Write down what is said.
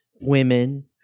women